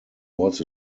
was